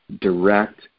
direct